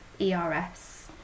ERS